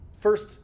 first